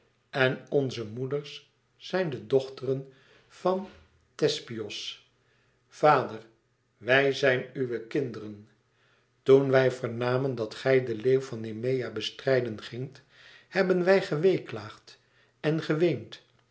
en onze moeders zijn de dochteren van thespios vader wij zijn uwe kinderen toen wij vernamen dat gij den leeuw van nemea bestrijden gingt hebben wij geweeklaagd en geweend